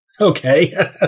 Okay